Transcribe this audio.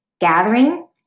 Gathering